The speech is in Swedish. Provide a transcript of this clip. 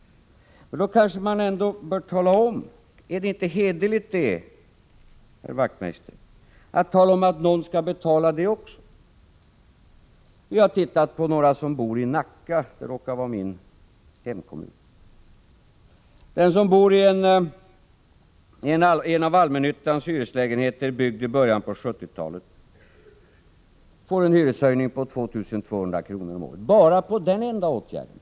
Men då kanske man ändå bör tala om — kräver inte hederligheten det, herr Wachtmeister? — att någon skall betala också det. Vi har tittat på hur det skulle slå i Nacka — det råkar vara min hemkommun. Den som bor i en av ”allmännyttans” hyreslägenheter, byggd i början av 1970-talet, får en hyreshöjning på 2 200 kr. om året — bara genom den enda åtgärden!